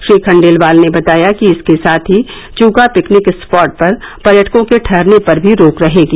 श्री खंडेलवाल ने बताया कि इसके साथ ही चूका पिकनिक स्पॉट पर पर्यटकों के ठहरने पर भी रोक रहेगी